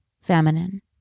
feminine